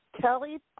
Kelly